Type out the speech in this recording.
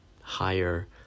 higher